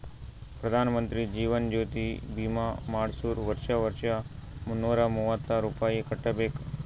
ಪ್ರಧಾನ್ ಮಂತ್ರಿ ಜೀವನ್ ಜ್ಯೋತಿ ಭೀಮಾ ಮಾಡ್ಸುರ್ ವರ್ಷಾ ವರ್ಷಾ ಮುನ್ನೂರ ಮೂವತ್ತ ರುಪಾಯಿ ಕಟ್ಬಬೇಕ್